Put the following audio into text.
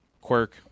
Quirk